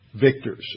victors